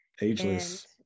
Ageless